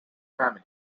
family